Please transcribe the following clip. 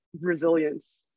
resilience